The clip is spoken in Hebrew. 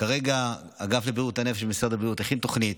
כרגע האגף לבריאות הנפש של משרד הבריאות הכין תוכנית